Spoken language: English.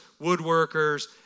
woodworkers